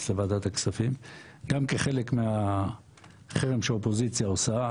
לוועדת הכספים גם כחלק מהחרם שהאופוזיציה עושה.